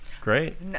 great